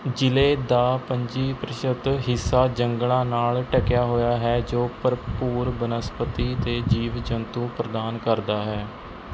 ਜ਼ਿਲ੍ਹੇ ਦਾ ਪੰਜੀ ਪ੍ਰਤੀਸ਼ਤ ਹਿੱਸਾ ਜੰਗਲਾਂ ਨਾਲ ਢੱਕਿਆ ਹੋਇਆ ਹੈ ਜੋ ਭਰਪੂਰ ਬਨਸਪਤੀ ਅਤੇ ਜੀਵ ਜੰਤੂ ਪ੍ਰਦਾਨ ਕਰਦਾ ਹੈ